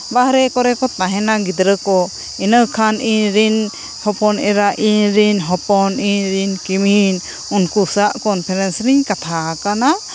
ᱵᱟᱦᱨᱮ ᱠᱚᱨᱮ ᱠᱚ ᱛᱟᱦᱮᱱᱟ ᱜᱤᱫᱽᱨᱟᱹ ᱠᱚ ᱤᱱᱟᱹ ᱠᱷᱟᱱ ᱤᱧ ᱨᱮᱱ ᱦᱚᱯᱚᱱ ᱮᱨᱟ ᱤᱧ ᱨᱮᱱ ᱦᱚᱯᱚᱱ ᱤᱧ ᱨᱮᱱ ᱠᱤᱢᱤᱱ ᱩᱝᱠᱩ ᱥᱟᱞᱟᱜ ᱠᱚᱱᱯᱷᱟᱨᱮᱱᱨᱤᱧ ᱠᱟᱛᱷᱟ ᱦᱟᱠᱟᱱᱟ